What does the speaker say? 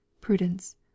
Prudence